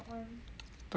都可以